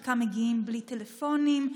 חלקם מגיעים בלי טלפונים,